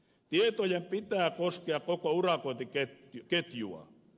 tietojen pitää koskea koko urakointiketjua